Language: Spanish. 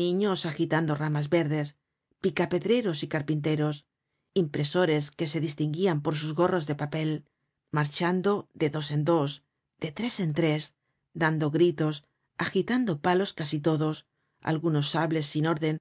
niños agitando ramas verdes picapedreros y carpinteros impresores que se distinguían por sus gorros de papel marchando de dos en dos de tres en tres dando gritos agitando palos casi todos algunos sables sin orden